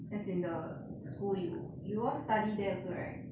as in the school you you all study there also right